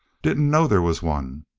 didn't know there was one.